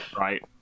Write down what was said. Right